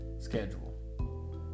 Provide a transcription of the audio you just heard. schedule